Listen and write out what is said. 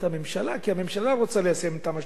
כי הממשלה רוצה ליישם את תמ"א 38,